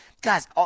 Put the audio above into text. Guys